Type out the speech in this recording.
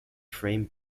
frame